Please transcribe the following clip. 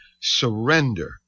surrender